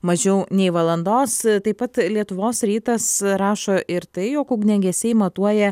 mažiau nei valandos taip pat lietuvos rytas rašo ir tai jog ugniagesiai matuoja